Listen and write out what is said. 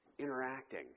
Interacting